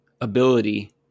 ability